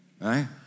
right